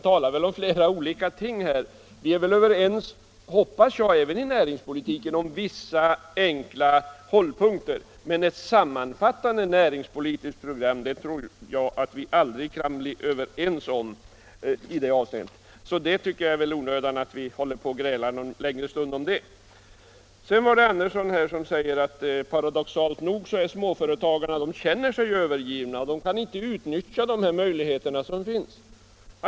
Jag hoppas att vi även i näringspolitiken är överens om vissa enkla hållpunkter, men ett sammanfattande näringspolitiskt program tror jag att vi aldrig kan bli överens om. Det är väl onödigt att vi grälar längre om det. Herr Andersson i Örebro säger att paradoxalt nog känner sig småföretagarna övergivna, och de kan inte utnyttja de möjligheter som finns.